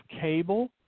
cable